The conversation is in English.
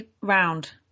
round